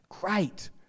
great